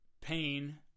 pain